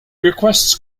requests